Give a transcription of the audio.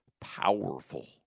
powerful